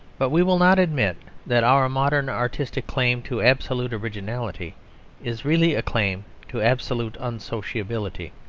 but we will not admit that our modern artistic claim to absolute originality is really a claim to absolute unsociability